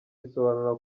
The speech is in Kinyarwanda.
risobanura